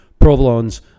Provolone's